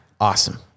Awesome